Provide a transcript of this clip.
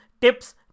tips